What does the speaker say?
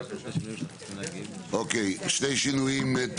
יש שני שינויים שאנחנו צריכים להגיד.